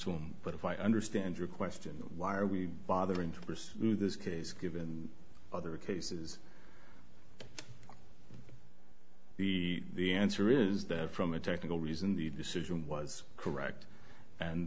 to him but if i understand your question why are we bothering to pursue this case given other cases the answer is that from a technical reason the decision was correct and